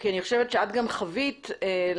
כי אני חושבת שאת גם חווית לאחרונה,